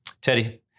Teddy